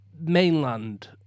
mainland